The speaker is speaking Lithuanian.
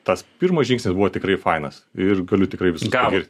tas pirmas žingsnis buvo tikrai fainas ir galiu tikrai visus pagirt